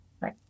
right